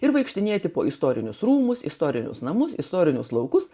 ir vaikštinėti po istorinius rūmus istorinius namus istorinius laukus